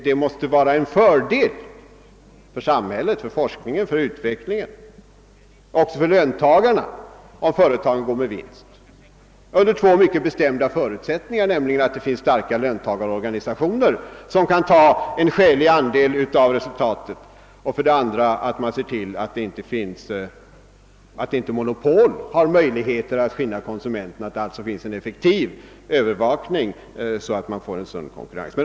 Det måste vara en fördel för samhället, forskningen och utvecklingen liksom för löntagarna att företagen går med vinst, och detta under två mycket bestämda förutsättningar: att det finns starka löntagarorganisationer som tar ut en skälig andel av vinsten, och att det tillses att inte monopol får skinna konsumenterna, utan att det finns en effektiv övervakning som gör att konkurrensen blir sund.